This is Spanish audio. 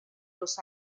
los